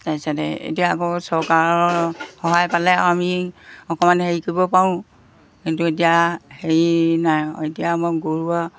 তাৰপিছতে এতিয়া আকৌ চৰকাৰৰ সহায় পালে আৰু আমি অকণমান হেৰি কৰিব পাৰোঁ কিন্তু এতিয়া হেৰি নাই এতিয়া আমাৰ গৰু আৰু